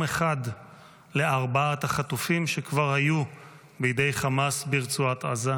אחד לארבעת החטופים שכבר היו בידי חמאס ברצועת עזה,